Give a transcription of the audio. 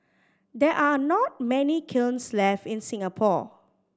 there are not many kilns left in Singapore